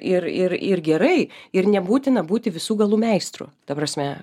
ir ir ir gerai ir nebūtina būti visų galų meistru ta prasme